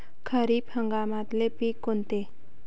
खरीप हंगामातले पिकं कोनते?